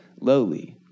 lowly